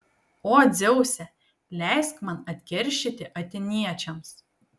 o dzeuse leisk man atkeršyti atėniečiams